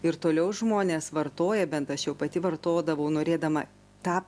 ir toliau žmonės vartoja bent aš jau pati vartodavau norėdama tą